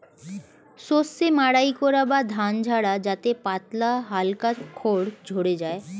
শস্য মাড়াই করা বা ধান ঝাড়া যাতে পাতলা হালকা খড় ঝড়ে যায়